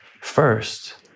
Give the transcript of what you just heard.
first